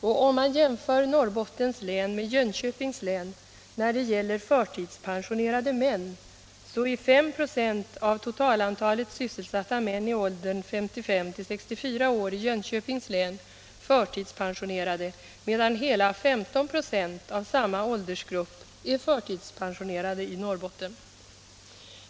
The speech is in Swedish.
Och om man jämför Norrbotten med Jönköpings län när det gäller förtidspensionerade män, så är 5 96 av totalantalet sysselsatta män i åldern 55-64 år i Jönköpings län förtidspensionerade, medan hela 15 "» av samma åldersgrupp är förtidspensionerade i Norrbotten.